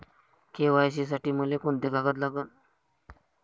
KYC साठी मले कोंते कागद लागन?